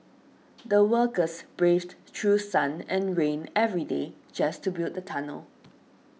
the workers braved through sun and rain every day just to build the tunnel